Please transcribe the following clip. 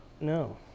no